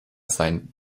sein